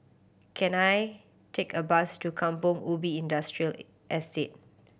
can I take a bus to Kampong Ubi Industrial Estate